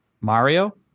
Mario